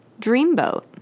dreamboat